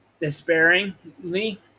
despairingly